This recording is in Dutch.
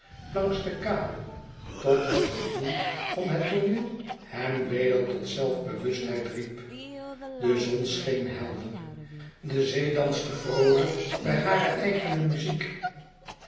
langs de kade tot het gewoel van het tooneel hemweder tot zelfbewustheid riep de zon scheen helder de zee danste vroolijk bij hare eigene muziek